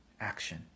action